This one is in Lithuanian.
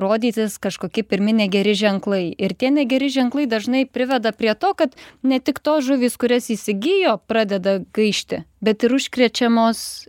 rodytis kažkoki pirmi negeri ženklai ir tie negeri ženklai dažnai priveda prie to kad ne tik tos žuvys kurias įsigijo pradeda gaišti bet ir užkrečiamos